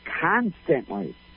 constantly